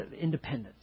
independence